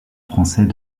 français